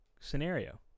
scenario